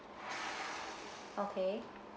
okay